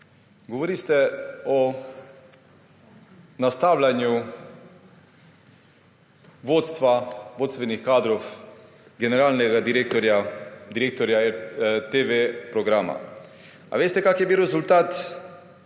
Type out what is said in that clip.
Govorili ste o nastavljanju vodstva, vodstvenih kadrov, generalnega direktorja, direktorja TV programa. Veste, kakšen je bil rezultat,